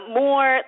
more –